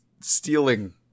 stealing